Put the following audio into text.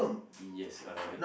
yes uh